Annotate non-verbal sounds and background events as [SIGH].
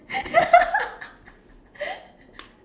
[LAUGHS]